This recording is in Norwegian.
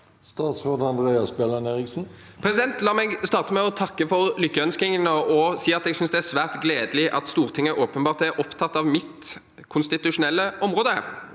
Statsråd Andreas Bjelland Eriksen La meg starte med å takke for lykkeønskningene og si at jeg synes det er svært gledelig at Stortinget åpenbart er opptatt av mitt konstitusjonelle område.